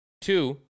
two